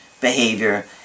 behavior